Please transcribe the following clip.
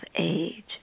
age